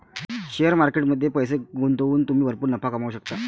share market मध्ये पैसे गुंतवून तुम्ही भरपूर नफा कमवू शकता